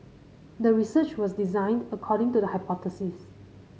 the research was designed according to the hypothesis